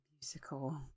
musical